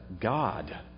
God